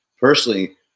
personally